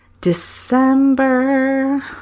December